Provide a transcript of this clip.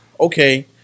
Okay